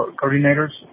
coordinators